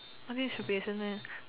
only should be a snake